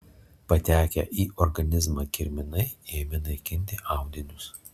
patekę į organizmą kirminai ėmė naikinti audinius